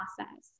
process